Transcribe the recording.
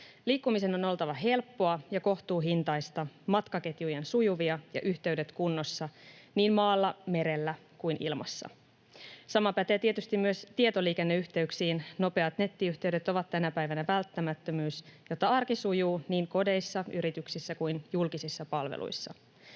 Liikkumisen on oltava helppoa ja kohtuuhintaista, matkaketjujen sujuvia ja yh- teyksien kunnossa niin maalla, merellä kuin ilmassa. Sama pätee tietysti myös tietoliikenneyhteyksiin. Nopeat nettiyhteydet ovat tänä päivänä välttämättömyys, jotta arki sujuu niin kodeissa, yrityksissä kuin julkisissa palveluissa.